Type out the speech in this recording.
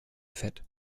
fett